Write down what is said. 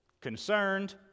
concerned